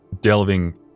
delving